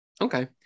okay